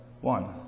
one